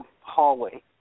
hallway